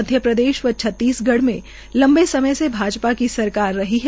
मध्य प्रदेश व छत्तीस गढ़ में लंबे समय से भाजपा की सरकार रही है